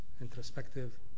introspective